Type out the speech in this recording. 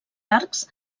arcs